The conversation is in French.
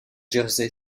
jersey